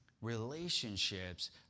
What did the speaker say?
Relationships